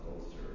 closer